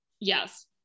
Yes